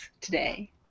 today